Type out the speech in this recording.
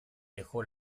dejó